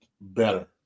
better